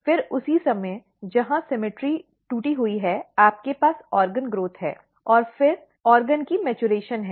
फिर उसी समय यहां समरूपता टूटी हुई है आपके पास ऑर्गन ग्रोथ है और फिर अंग की परिपक्वता है